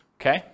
okay